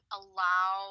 allow